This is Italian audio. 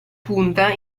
punta